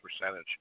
percentage